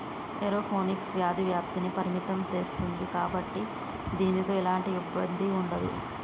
aeroponics వ్యాధి వ్యాప్తిని పరిమితం సేస్తుంది కాబట్టి దీనితో ఎలాంటి ఇబ్బంది ఉండదు